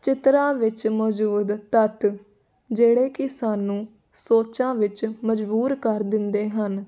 ਚਿੱਤਰਾਂ ਵਿੱਚ ਮੌਜੂਦ ਤੱਤ ਜਿਹੜੇ ਕਿ ਸਾਨੂੰ ਸੋਚਾਂ ਵਿੱਚ ਮਜਬੂਰ ਕਰ ਦਿੰਦੇ ਹਨ